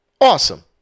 Awesome